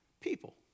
people